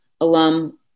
alum